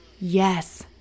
Yes